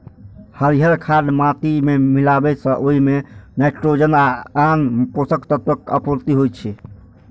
हरियर खाद माटि मे मिलाबै सं ओइ मे नाइट्रोजन आ आन पोषक तत्वक आपूर्ति होइ छै